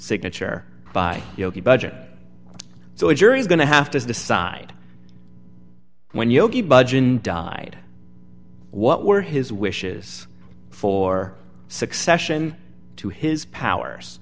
signature by the budget so a jury's going to have to decide when yogi budge in died what were his wishes for succession to his power